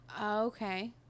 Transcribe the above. okay